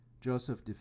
Joseph